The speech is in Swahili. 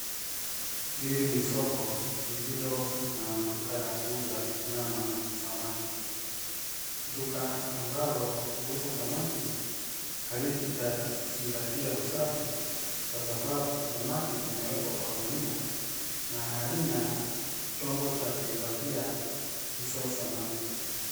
Hili ni soko lililo na maduka ya kuuza nyama na samaki. Duka ambalo huuza samaki halijazingatia usafi kwa sababu, samaki zimewekwa Kwa gunia na halina chombo cha kuhifadhia hizo samaki.